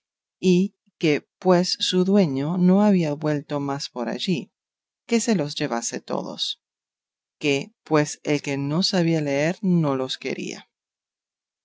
y que pues su dueño no había vuelto más por allí que se los llevase todos que pues él no sabía leer no los quería